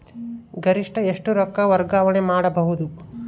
ಗರಿಷ್ಠ ಎಷ್ಟು ರೊಕ್ಕ ವರ್ಗಾವಣೆ ಮಾಡಬಹುದು?